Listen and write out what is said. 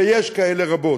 ויש כאלה רבות.